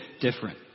different